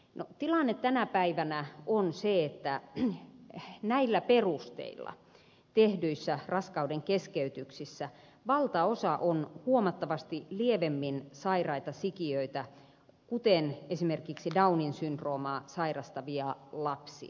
no tilanne tänä päivänä on se että näillä perusteilla tehdyissä raskauden keskeytyksissä valtaosa on huomattavasti lievemmin sairaita sikiöitä kuten esimerkiksi downin syndroomaa sairastavia lapsia